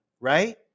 right